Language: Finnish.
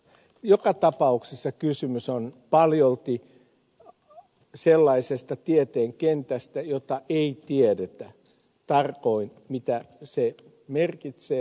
joka tapauksessa kysymys on paljolti sellaisesta tieteen kentästä jota ei tiedetä tarkoin mitä se merkitsee